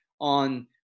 on